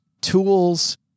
tools